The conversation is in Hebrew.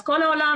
אז כל העולם,